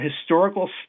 historical